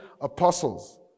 apostles